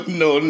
no